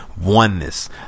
oneness